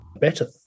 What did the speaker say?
better